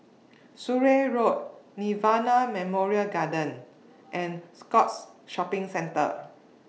Surrey Road Nirvana Memorial Garden and Scotts Shopping Centre